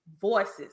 voices